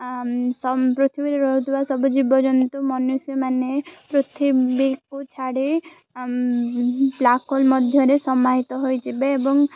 ପୃଥିବୀରେ ରହୁଥିବା ସବୁ ଜୀବଜନ୍ତୁ ମନୁଷ୍ୟମାନେ ପୃଥିବୀକୁ ଛାଡ଼ି ବ୍ଲାକହୋଲ ମଧ୍ୟରେ ସମାହିତ ହୋଇଯିବେ ଏବଂ